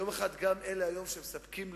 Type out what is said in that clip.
כלום לא השתנה חוץ מזה שהוסיפו כאן עוד